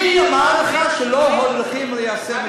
מי אמר לך שלא הולכים ליישם את הדוח הזה?